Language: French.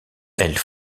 elles